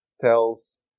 tells